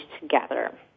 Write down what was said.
together